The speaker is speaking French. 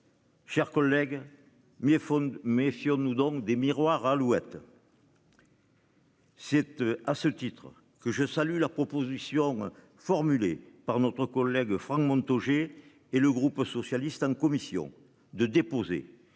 Chers collègues mais faut méfions-nous donc des miroirs Alouettes. Cette à ce titre que je salue la proposition formulée par notre collègue Franck Montaugé et le groupe socialiste en commission de déposer